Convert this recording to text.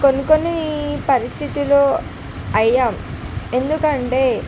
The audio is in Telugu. కొన్ని కొన్ని పరిస్థితుల్లో అయ్యాం ఎందుకంటే